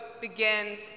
begins